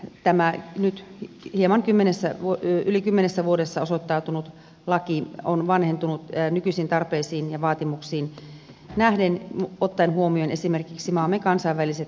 tämä ei nyt jeman kymmenessä hieman yli kymmenessä vuodessa laki on osoittautunut vanhentuneeksi nykyisiin tarpeisiin ja vaatimuksiin nähden ottaen huomioon esimerkiksi maamme kansainväliset velvoitteet